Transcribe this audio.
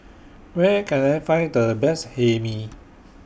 Where Can I Find The Best Hae Mee